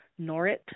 norit